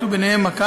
מסגרות, ובהן מקא"ם.